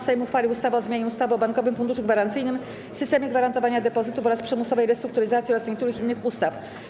Sejm uchwalił ustawę o zmianie ustawy o Bankowym Funduszu Gwarancyjnym, systemie gwarantowania depozytów oraz przymusowej restrukturyzacji oraz niektórych innych ustaw.